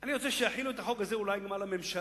אני רוצה שאולי יחילו את החוק הזה גם על הממשלה,